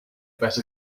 better